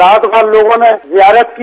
रात भर लोगों ने ज्यारत की